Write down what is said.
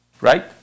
right